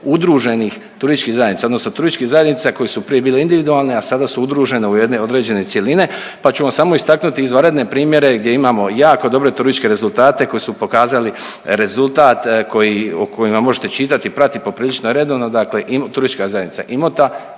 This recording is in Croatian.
udruženih turističkih zajednica, odnosno turističkih zajednica koje su prije bile individualne, a sada su udružene u jedne određene cjeline, pa ću vam samo istaknuti izvanredne primjere gdje imamo jako dobre turističke rezultate koji su pokazali rezultat koji, o kojima možete čitati i pratiti poprilično redovno, dakle Turistička zajednica Imota,